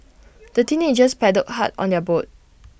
the teenagers paddled hard on their boat